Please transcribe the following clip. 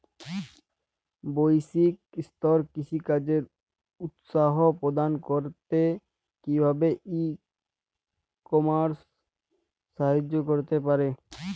বৈষয়িক স্তরে কৃষিকাজকে উৎসাহ প্রদান করতে কিভাবে ই কমার্স সাহায্য করতে পারে?